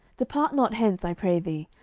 depart not hence, i pray thee,